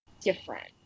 different